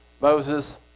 Moses